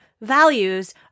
values